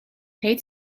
paid